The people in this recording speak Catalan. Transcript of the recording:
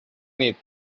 nit